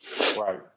Right